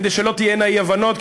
כדי שלא תהיינה אי-הבנות,